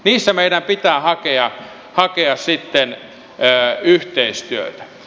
niissä meidän pitää hakea sitten yhteistyötä